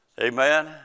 Amen